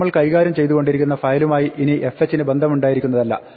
നമ്മൾ കൈകാര്യം ചെയ്തുകൊണ്ടിരിക്കുന്ന ഫയലുമായി ഇനി fh ന് ബന്ധമുണ്ടായിരിക്കുന്നതല്ല